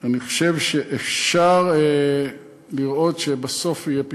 ואני חושב שאפשר לראות שבסוף יהיה פתרון.